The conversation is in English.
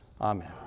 Amen